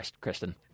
Kristen